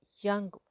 young